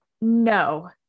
No